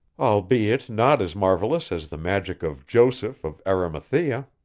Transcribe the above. albeit not as marvelous as the magic of joseph of arimathea.